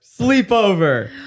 sleepover